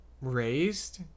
raised